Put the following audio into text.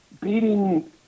beating